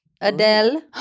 Adele